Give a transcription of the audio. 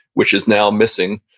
which is now missing,